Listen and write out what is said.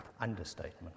understatement